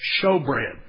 Showbread